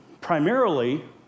primarily